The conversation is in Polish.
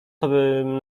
tobym